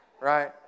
right